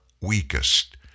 weakest